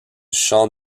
champ